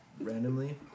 randomly